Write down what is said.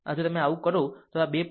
આમ જો તમે આવું કરો તો આ 2